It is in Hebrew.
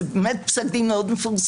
זה פסק דין מאוד מפורסם.